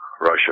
Russia